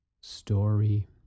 story